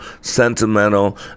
sentimental